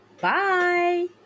Bye